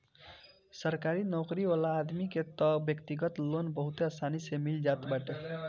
सरकारी नोकरी वाला आदमी के तअ व्यक्तिगत लोन बहुते आसानी से मिल जात बाटे